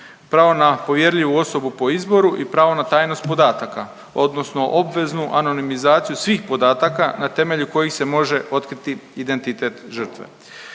pravo na povjerljivu osobu i pravo na tajnost podataka, odnosno obveznu anonimizaciju svih podataka na temelju kojih se može otkriti identitet žrtve.